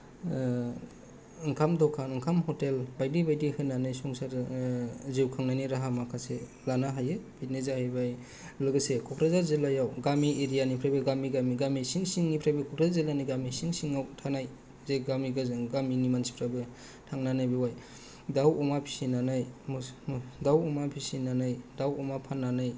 जो ओंखाम दखान ओंखाम हटेल बायदि बायदि होनानै संसार जानो जिउ खांनायनि राहा माखासे लानो हायो बेनो जाहैबाय लोगोसे क'क्रझार जिल्लायाव गामि एरियानिफ्रायबो गामि गामि सिं सिंनिफ्रायबो क'क्राझार जिल्लानि गामि सिं सिंआव थानाय जे गामि गोजान गामिनि मानसिफ्राबो थांनानै बेवहाय दाउ अमा फिसिनानै मोसौ दाउ अमा फिसिनानै दाउ अमा फाननानै